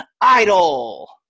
Idol